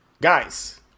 Guys